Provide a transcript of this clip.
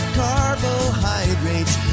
carbohydrates